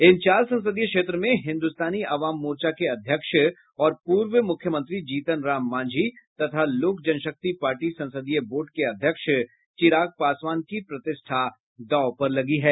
इन चार संसदीय क्षेत्र में हिन्दुस्तानी आवाम मोर्चा के अध्यक्ष और पूर्व मुख्यमंत्री जीतन राम मांझी तथा लोक जनशक्ति पार्टी संसदीय बोर्ड के अध्यक्ष चिराग पासवान की प्रतिष्ठा दाव पर लगी है